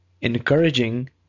encouraging